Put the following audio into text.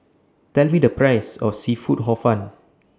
Tell Me The Price of Seafood Hor Fun